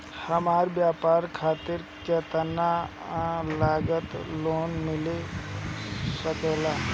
हमरा व्यापार खातिर केतना तक लोन मिल सकेला?